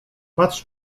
patrz